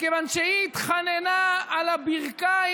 מכיוון שהיא התחננה על הברכיים